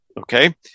Okay